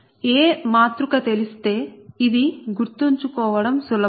A మాతృక తెలిస్తే ఇది గుర్తుంచుకోవడం సులభం